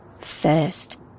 First